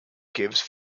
gives